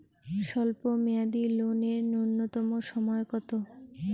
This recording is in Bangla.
স্বল্প মেয়াদী লোন এর নূন্যতম সময় কতো?